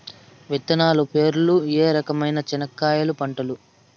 విత్తనాలు పేర్లు ఏ రకమైన చెనక్కాయలు పంటలు?